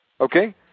Okay